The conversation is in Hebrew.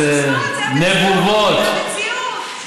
זה לא סיסמאות, זאת המציאות.